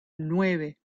nueve